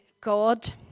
God